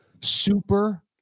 super